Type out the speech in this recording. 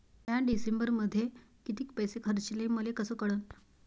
म्या डिसेंबरमध्ये कितीक पैसे खर्चले मले कस कळन?